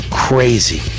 crazy